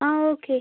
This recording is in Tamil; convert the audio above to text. ஆ ஓகே